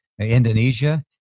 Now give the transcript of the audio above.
Indonesia